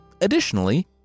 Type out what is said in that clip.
Additionally